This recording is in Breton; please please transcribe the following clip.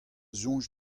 soñj